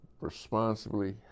responsibly